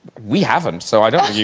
we have them so i don't